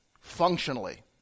functionally